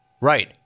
Right